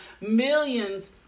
millions